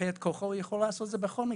לייפות את כוחו, הוא יכול לעשות את זה בכל מקרה.